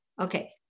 okay